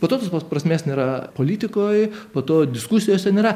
po to tos prasmės nėra politikoj po to diskusijose nėra